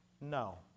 No